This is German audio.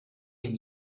dem